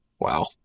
Wow